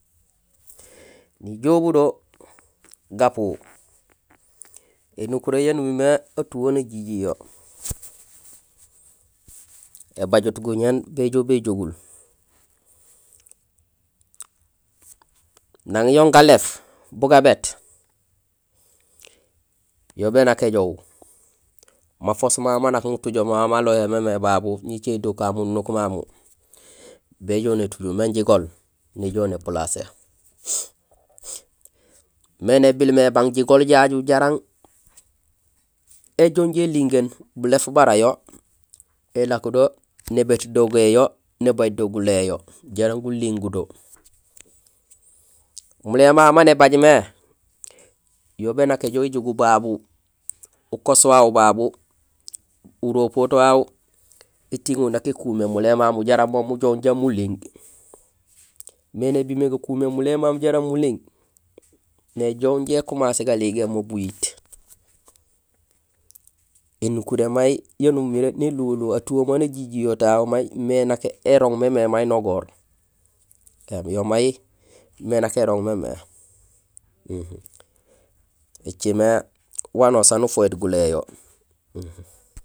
Nijoow budo gapu? énukuréén yaan umimé atuhee najijiyo. Ēbajut guñéén béjoow béjogul. Nang yon galééf bugabéét, yo bénak éjoow, mafoos mamu manak mutujoma malohé mémé babu ñicé do ka mununuk mamu, béjoow nétujul même jigool, néjool né placé. Mé nibilmé ébang jigool jaju jaraam éjoow injé élingéén bulééf bara yo élakodo, nébéét do géhéyo, nébaaj do guléyo, jaraam guling do. Mulé mamu maan ébaaj mé yo bénak éjoow éjogul babu ukoos wawu babu, uropoot wawu étiŋul nak ékuméén mulé mamu jaraam mujoow jaraam muling. Mé nébimé gakuméén mulé mamu jaraam muling néjoow inja ékumasé galigéén mo buyiit. Ēnukurén may yaan umiré néluwo luwo, atuhee may najijiyo tahu may mé nak érooŋ mémé may nogoor éém yo may mé nak érooŋ mémé, écimé wanusaan ufoyut guléyo.